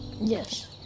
Yes